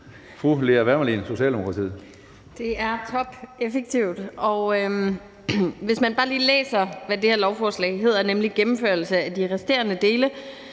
Det er topeffektivt. Hvis man bare lige læser, hvad det her lovforslag indeholder, nemlig »Gennemførelse af de resterende dele